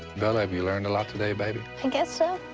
bella, have you learned a lot today, baby? i guess so.